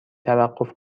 توقف